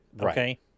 okay